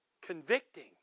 Convicting